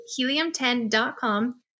helium10.com